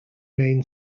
main